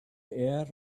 air